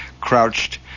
crouched